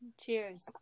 Cheers